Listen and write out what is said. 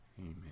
Amen